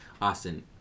Austin